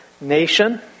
nation